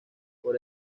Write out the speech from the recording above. por